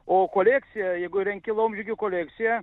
o kolekciją jeigu renki laumžirgių kolekciją